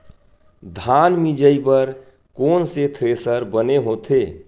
धान मिंजई बर कोन से थ्रेसर बने होथे?